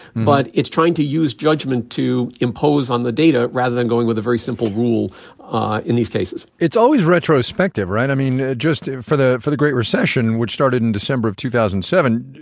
but it's trying to use judgment to impose on the data rather than going with a very simple rule in these cases it's always retrospective, right? i mean, just for the for the great recession, which started in december of two thousand and seven,